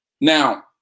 Now